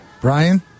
Brian